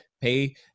pay